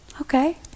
okay